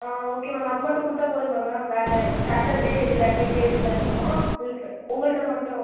okay ma'am அது மட்டும் கொடுத்தால் போதுமா மேம் வேறு ஃபாக்கள்டி லெட்டர் எழுதி தரணுமா உங்கள்கிட்ட மட்டும்